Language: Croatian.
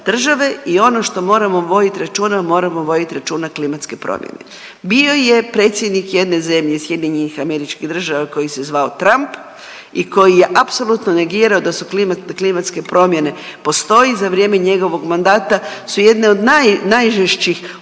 i ono što moramo voditi računa, moramo voditi računa klimatske promjene. Bio je predsjednik jedne zemlje SAD koji se zvao Trump i koji je apsolutno negirao da su klimatske promjene postoji i za vrijeme njegovog mandata su jedne od najžešćih uragana